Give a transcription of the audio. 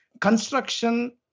construction